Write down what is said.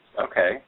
Okay